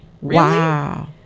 wow